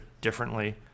differently